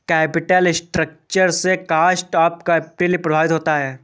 capital structure से cost of capital प्रभावित होता है